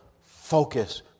focus